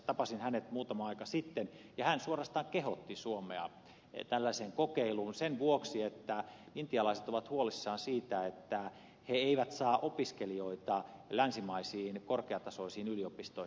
tapasin hänet muutama aika sitten ja hän suorastaan kehotti suomea tällaiseen kokeiluun sen vuoksi että intialaiset ovat huolissaan siitä että he eivät saa opiskelijoita länsimaisiin korkeatasoisiin yliopistoihin